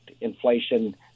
inflation